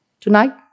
tonight